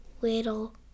little